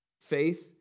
faith